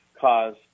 cause